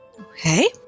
okay